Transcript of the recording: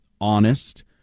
honest